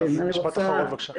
אז משפט אחרון בבקשה.